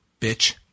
bitch